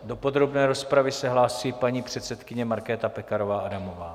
Do podrobné rozpravy se hlásí paní předsedkyně Markéta Pekarová Adamová.